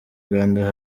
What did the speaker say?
rwanda